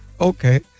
Okay